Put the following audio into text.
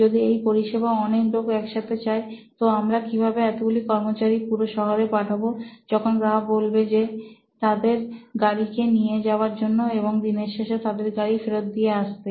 যদি এই পরিষেবা অনেক লোক একসাথে চায় তো আমরা কিভাবে এতগুলো কর্মচারী পুরো শহরে পাঠাবো যখন গ্রাহক বলবে যে তাদের গাড়ি কে নিয়ে যাওয়ার জন্য এবং দিনের শেষে তাদের গাড়ি ফেরত দিয়ে আসতে